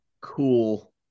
cool